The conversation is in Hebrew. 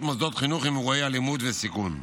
מוסדות חינוך עם אירועי אלימות וסיכון.